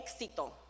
éxito